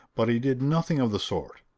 but he did nothing of the sort.